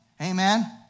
Amen